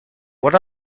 what